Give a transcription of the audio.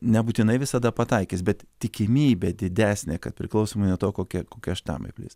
nebūtinai visada pataikys bet tikimybė didesnė kad priklausomai nuo to kokie kokie štamai plis